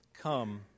Come